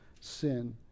sin